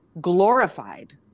glorified